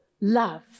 love